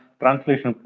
translation